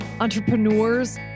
entrepreneurs